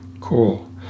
Cool